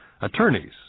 attorneys